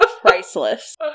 Priceless